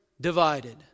divided